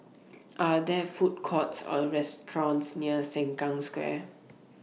Are There Food Courts Or restaurants near Sengkang Square